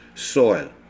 soil